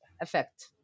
effect